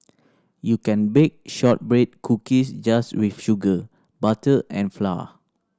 you can bake shortbread cookies just with sugar butter and flour